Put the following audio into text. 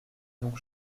donc